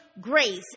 grace